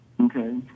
okay